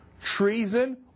treason